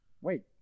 Wait